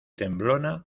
temblona